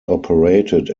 operated